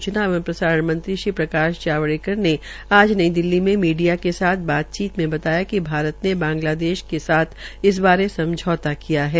सूचना एवं प्रसारण मंत्री श्री प्रकाश जावड़ेकर ने आज नई दिल्ली में मीडिया के साथ बातचीत में बताया कि भारत बांगलादेश के साथ इस बारे समझौता किया है